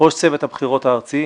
ראש צוות הבחירות הארצי.